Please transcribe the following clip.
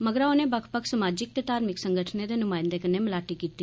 मगरा उनें बक्ख बक्ख सामाजिक ते धार्मिक संगठने दे नुमायंदे कन्नै मलाटी कीती